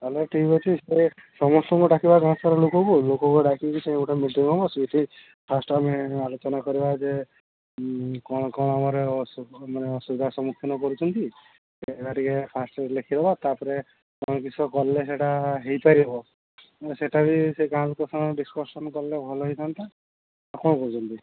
ତ ତା'ହେଲେ ଠିକ୍ ଅଛି ସେ ସମସ୍ତଙ୍କୁ ଡାକିବା ଗାଁସାରା ଲୋକକୁ ଲୋକକୁ ଡାକିକି ସେଇଠି ଗୋଟେ ମିଟିଂ ହେବ ଫାଷ୍ଟ୍ ଆମେ ଆଲୋଚନା କରିବା ଯେ କ'ଣ କ'ଣ ଆମର ମାନେ ଅସୁବିଧାର ସମ୍ମୁଖୀନ କରୁଛନ୍ତି ସେଇଟା ଟିକିଏ ଫାଷ୍ଟ ଲେଖିଦେବା ତା'ପରେ କ'ଣ କିସ କଲେ ସେଇଟା ହୋଇପାରିବ ସେଇଟାବି ସେ ଗାଁ ଲୋକମାନଙ୍କ ସହ ଡିସ୍କସନ୍ କଲେ ଭଲ ହୋଇଥାନ୍ତା କ'ଣ କହୁଛନ୍ତି